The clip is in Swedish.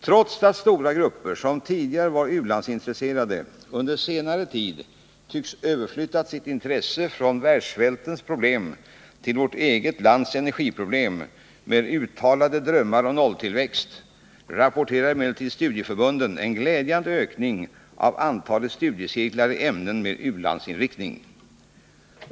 Trots att stora grupper, som tidigare var u-landsintresserade, under senare tid tycks ha överflyttat sitt intresse från världssvältens problem till vårt eget lands energiproblem — med uttalade drömmar om nolltillväxt — rapporterar emellertid studieförbunden en glädjande ökning av antalet studiecirklar i ämnen med u-landsinriktning.